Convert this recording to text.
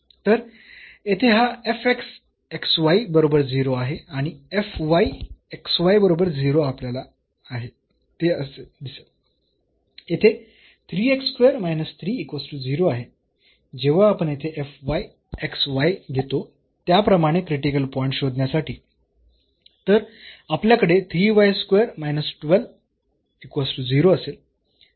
तर येथे हा बरोबर 0 आहे आणि बरोबर 0 आपल्याला आहे ते असे देईल येथे आहे जेव्हा आपण येथे घेतो त्याप्रमाणे क्रिटिकल पॉईंट्स शोधण्यासाठी तर आपल्याकडे असेल